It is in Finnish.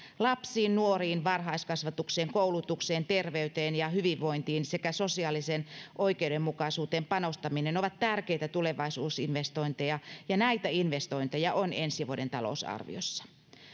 lapsiin nuoriin varhaiskasvatukseen koulutukseen terveyteen ja hyvinvointiin sekä sosiaaliseen oikeudenmukaisuuteen panostaminen ovat tärkeitä tulevaisuusinvestointeja ja näitä investointeja on ensi vuoden talousarviossa